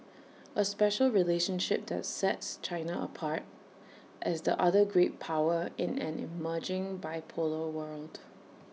A special relationship that sets China apart as the other great power in an emerging bipolar world